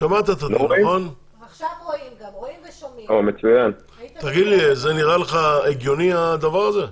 זה נראה לך הגיוני הדבר הזה,